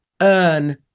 earn